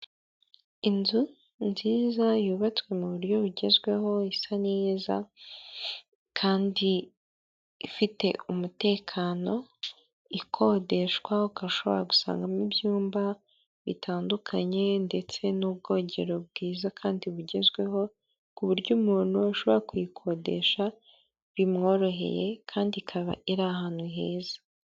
Inzu nziza yubatswe mu buryo bugezweho isa neza kandi ifite umutekano, ikodeshwa ukaba ushobora gusangamo ibyumba bitandukanye ndetse n'ubwogero bwiza kandi bugezweho ku buryo umuntu ashobora kuyikodesha bimworoheye kandi ikaba iri ahantu heza.